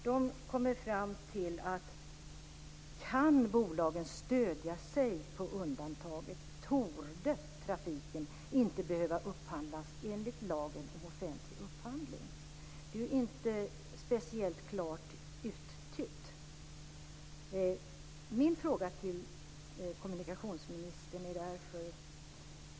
De kommer fram till att om bolagen kan stödja sig på undantaget torde trafiken inte behöva upphandlas enligt lagen om offentlig upphandling. Det är ju inte speciellt klart uttytt.